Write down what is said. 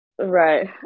Right